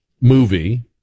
movie